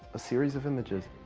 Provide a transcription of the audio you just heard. a series of images?